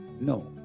no